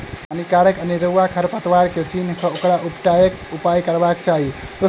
हानिकारक अनेरुआ खर पात के चीन्ह क ओकरा उपटयबाक उपाय करबाक चाही